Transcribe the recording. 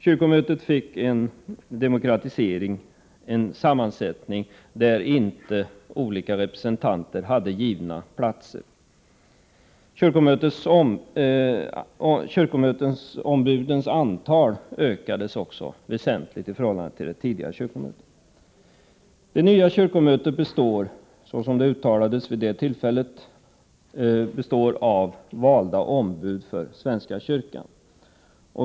Kyrkomötet fick en demokratisering, det blev en sammansättning där inte olika representanter hade givna platser. Kyrkomötesombudens antal ökades också väsentligt i förhållande till tidigare. Det nya kyrkomötet består, såsom uttalades vid det aktuella tillfället, av valda ombud för svenska kyrkan.